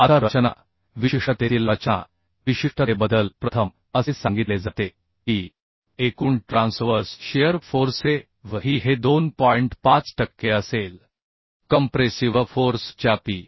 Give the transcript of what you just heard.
आता रचना विशिष्टतेतील रचना विशिष्टतेबद्दल प्रथम असे सांगितले जाते की एकूण ट्रांसवर्स शिअर फोर्से V ही हे कंप्रेसिव्ह फोर्स P च्या 2